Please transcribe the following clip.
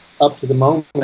up-to-the-moment